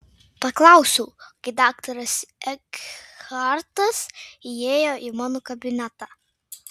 paklausiau kai daktaras ekhartas įėjo į mano kabinetą